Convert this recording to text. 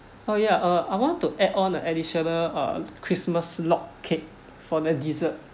oh ya uh I want to add on additional uh christmas log cake for the dessert